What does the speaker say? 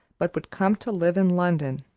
but would come to live in london.